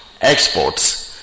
exports